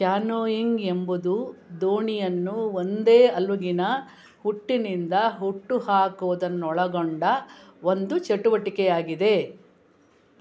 canoeing ಎಂಬುದು ದೋಣಿಯನ್ನು ಒಂದೇ ಅಲುಗಿನ ಹುಟ್ಟಿನಿಂದ ಹುಟ್ಟು ಹಾಕುವುದನ್ನೊಳಗೊಂಡ ಒಂದು ಚಟುವಟಿಕೆ ಆಗಿದೆ